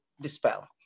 dispel